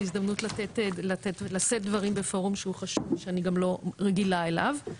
זו הזדמנות לשאת דברים בפורום שהוא חשוב ושאני גם לא רגילה אליו,